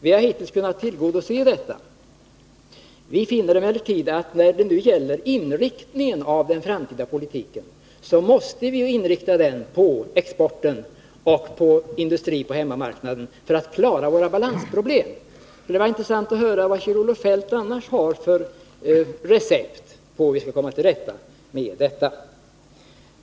Vi har hittills kunnat tillgodose dessa krav, men vi finner nu att vi måste inrikta den framtida politiken på exporten och på hemmamarknadsindustrin för att vi skall kunna klara våra balansproblem. Det skulle vara intressant att höra vad Kjell-Olof Feldt annars har för recept för hur vi skall komma till rätta med dessa.